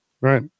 Right